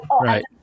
Right